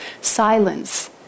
silence